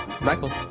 Michael